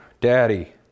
Daddy